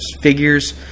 Figures